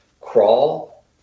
Crawl